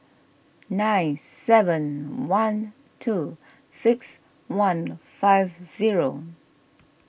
nine seven one two six one five zero